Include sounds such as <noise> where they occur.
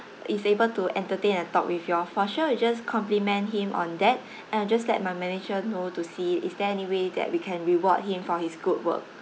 is able to entertain and talk with y'all for sure we'll just compliment him on that <breath> and I'll just let my manager know to see is there any way that we can reward him for his good work